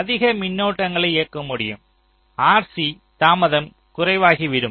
அதிக மின்னோட்டங்களை இயக்க முடியும் RC தாமதம் குறைவாகிவிடும்